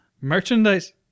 Merchandise